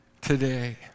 today